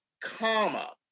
comma